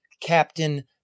Captain